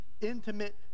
intimate